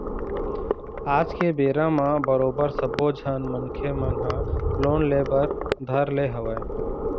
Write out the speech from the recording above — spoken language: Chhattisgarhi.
आज के बेरा म बरोबर सब्बो झन मनखे मन ह लोन ले बर धर ले हवय